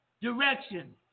direction